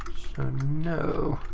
no.